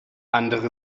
andere